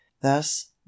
thus